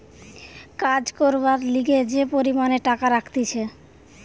কাজ করবার লিগে যে পরিমাণে টাকা রাখতিছে